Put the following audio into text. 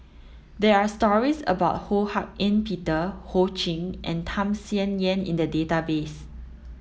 there are stories about Ho Hak Ean Peter Ho Ching and Tham Sien Yen in the database